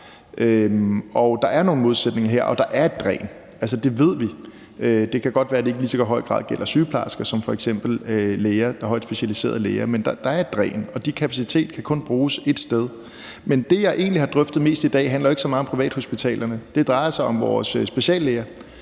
Der er nogle modsætninger her, og der er et dræn. Det ved vi. Det kan godt være, at det ikke i lige så høj grad gælder sygeplejersker som f.eks. højt specialiserede læger, men der er et dræn, og kapaciteten kan kun bruges ét sted. Men det, jeg egentlig har drøftet mest i dag, handler jo ikke så meget om privathospitalerne. Det drejer sig om vores speciallæger,